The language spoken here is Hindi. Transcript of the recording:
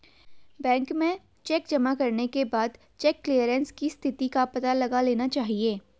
बैंक में चेक जमा करने के बाद चेक क्लेअरन्स की स्थिति का पता लगा लेना चाहिए